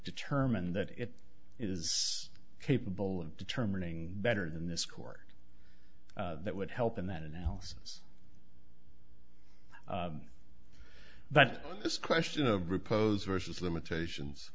determine that it is capable of determining better than this court that would help in that analysis but this question of repose versus limitations